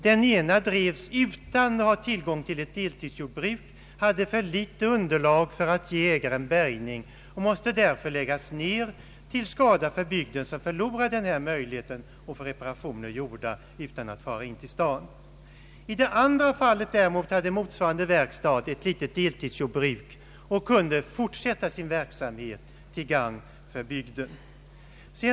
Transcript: Den ena drevs utan att ha tillgång till något deltidsjordbruk, hade för litet underlag för att ge ägaren bärgning och måste därför läggas ned till skada för bygden, som förlorade denna möjlighet att få reparationer gjorda utan att behöva fara in till staden. verkstad ett litet deltidsjordbruk och kunde fortsätta sin verksamhet till gagn för bygden.